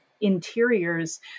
Interiors